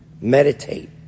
Meditate